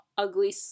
ugly